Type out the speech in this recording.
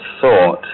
thought